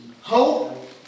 Hope